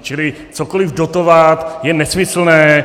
Čili cokoli dotovat je nesmyslné.